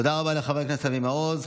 תודה רבה לחבר הכנסת אבי מעוז.